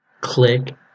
Click